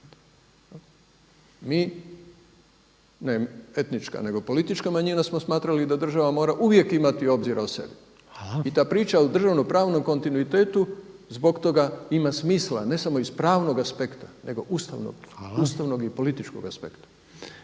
Mi, ne etnička, nego politička manjina smo smatrali da država mora uvijek imati obzira o sebi i ta priča o državnopravnom kontinuitetu zbog toga ima smisla, ne samo iz pravnog aspekta, nego ustavnog i političkog aspekta.